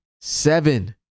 seven